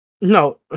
No